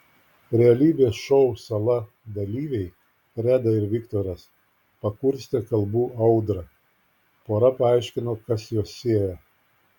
realybės šou sala dalyviai reda ir viktoras pakurstė kalbų audrą pora paaiškino kas juos sieja